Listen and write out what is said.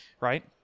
Right